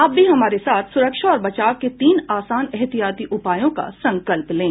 आप भी हमारे साथ सुरक्षा और बचाव के तीन आसान एहतियाती उपायों का संकल्प लें